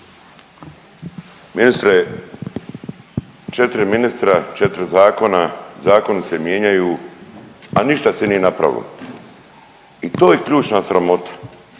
Ministre četiri ministra, četiri zakona, zakoni mijenjaju a ništa se nije napravilo. I to je ključna sramota.